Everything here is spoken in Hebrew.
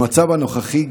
במצב הנוכחי,